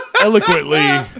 eloquently